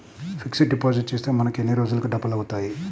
Fixed deposit చేస్తే మనకు ఎన్ని రోజులకు డబల్ అవుతాయి?